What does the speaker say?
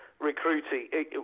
Recruiting